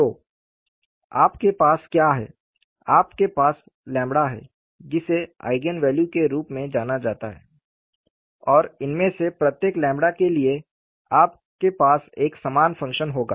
तो आपके पास क्या है आपके पास ƛ है जिसे आईगेन वैल्यू के रूप में जाना जाता है और इनमें से प्रत्येक ƛ के लिए आपके पास एक समान फंक्शन होगा